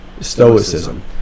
Stoicism